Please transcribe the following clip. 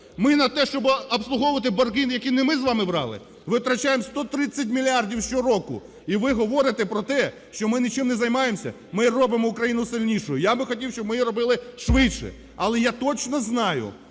Ми на те, щоб обслуговувати борги, які не ми з вами брали, витрачаємо 130 мільярдів щороку. І ви говорите про те, що ми нічим не займаємося. Ми робимо Україну сильнішою. Я би хотів, щоб ми її робили швидше. Але я точно знаю,